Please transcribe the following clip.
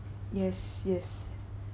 yes yes